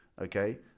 okay